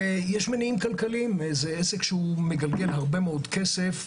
יש גם מניעים כלכליים זה עסק שמגלגל הרבה מאוד כסף,